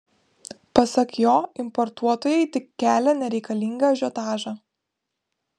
pasak jo importuotojai tik kelia nereikalingą ažiotažą